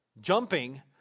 jumping